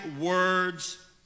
words